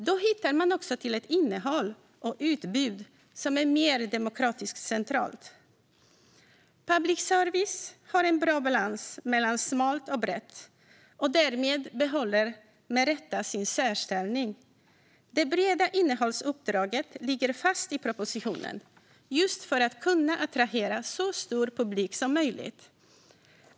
Då hittar man också till innehåll och utbud som är mer demokratiskt centralt. Public service har en bra balans mellan smalt och brett och behåller därmed med rätta sin särställning. Det breda innehållsuppdraget ligger fast i propositionen, just för att kunna attrahera så stor publik som möjligt.